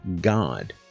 God